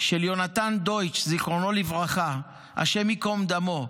של יהונתן דויטש, זכרונו לברכה, השם יקום דמו,